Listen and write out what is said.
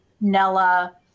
Nella